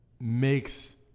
makes